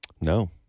No